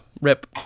Rip